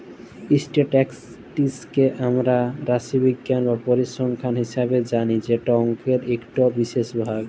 statistics কে আমরা রাশিবিজ্ঞাল বা পরিসংখ্যাল হিসাবে জালি যেট অংকের ইকট বিশেষ ভাগ